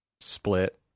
split